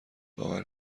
باور